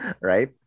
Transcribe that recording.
right